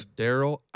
daryl